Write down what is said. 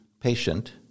patient